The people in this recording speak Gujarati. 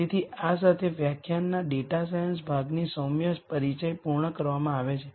તેથી આ સાથે વ્યાખ્યાનના ડેટા સાયન્સ ભાગની સૌમ્ય પરિચય પૂર્ણ કરવામાં આવે છે